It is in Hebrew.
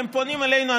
הם פונים אלינו,